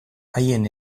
haien